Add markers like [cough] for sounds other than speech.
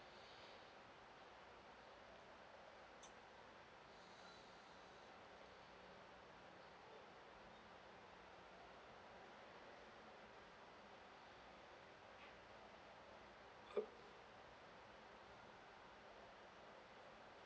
[breath]